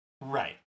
Right